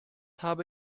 habe